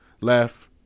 left